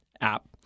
app